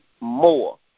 more